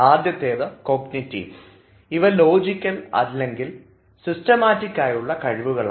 ആദ്യത്തേത് കോഗ്നിറ്റീവ് ഇവ ലോജിക്കൽ അല്ലെങ്കിൽ സിസ്റ്റമാറ്റികായുള്ള കഴിവുകളാണ്